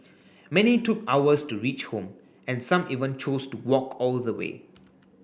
many took hours to reach home and some even chose to walk all the way